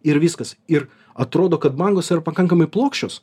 ir viskas ir atrodo kad bangos yra pakankamai plokščios